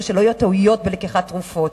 הוא שלא יהיו טעויות בלקיחת התרופות.